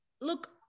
Look